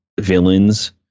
villains